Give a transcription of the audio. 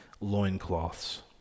loincloths